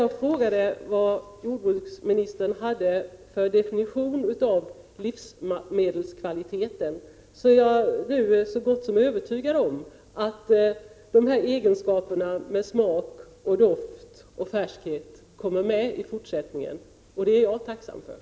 Jag frågade vad jordbruksministern hade för definition på livsmedelskvalitet, och jag är nu så gott som övertygad om att egenskaper som smak, doft och färskhet kommer med i fortsättningen. Det är jag tacksam för.